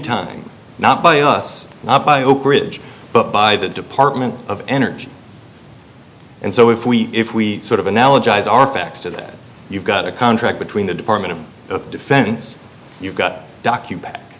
time not by us not by oak ridge but by the department of energy and so if we if we sort of analogize our facts today you've got a contract between the department of defense you've got doc you back